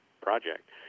project